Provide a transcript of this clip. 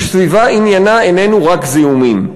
וסביבה עניינה איננו רק זיהומים.